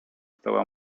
stała